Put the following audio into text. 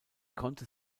konnte